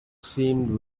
seemed